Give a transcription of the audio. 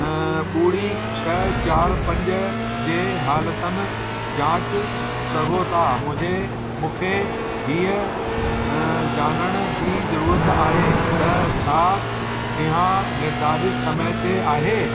ॿुड़ी छ्ह चार पंज जे हालतुनि जाच सघो था मुझे मूंखे हीअ जाणण जी ज़रूरत आहे त छा इहा निर्धारत समय ते आहे